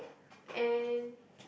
and